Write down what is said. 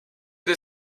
des